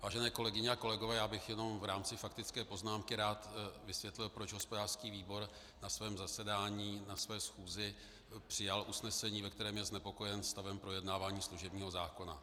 Vážené kolegyně a kolegové, já bych jenom v rámci faktické poznámky rád vysvětlil, proč hospodářský výbor na svém zasedání, na své schůzi, přijal usnesení, ve kterém je znepokojen stavem projednávání služebního zákona.